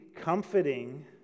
comforting